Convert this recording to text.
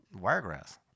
Wiregrass